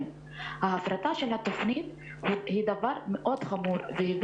הפרטת התוכנית היא דבר מאוד חמור והיא